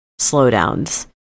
slowdowns